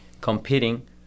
competing